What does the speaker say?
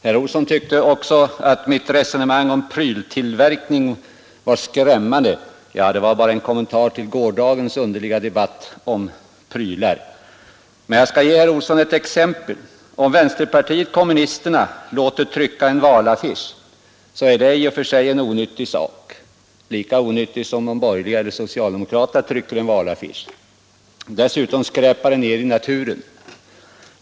Herr Olsson tyckte vidare att mitt resonemang om pryltillverkning var skrämmande. Ja, det var bara en kommentar till gårdagens underliga debatt om prylar. Men jag skall ge herr Olsson ett exempel. Om vänsterpartiet kommunisterna låter trycka en valaffisch, är det i och för sig en onyttig sak som produceras, lika onyttig som en valaffisch som trycks av de borgerliga eller av socialdemokraterna — och dessutom skräpar den ned i naturen.